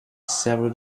several